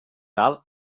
alt